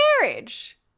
marriage